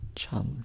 chum